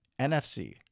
NFC